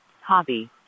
Hobby